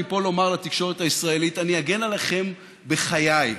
מפה לומר לתקשורת הישראלית: אני אגן עליכם בחיי,